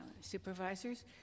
supervisors